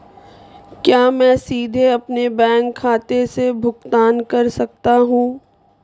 क्या मैं सीधे अपने बैंक खाते से भुगतान कर सकता हूं?